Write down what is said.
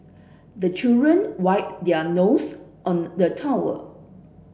the children wipe their nose on the towel